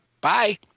bye